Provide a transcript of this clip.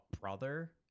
brother